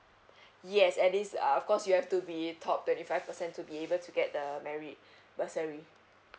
yes at this uh of course you have to be top twenty five percent to be able to get the merit bursary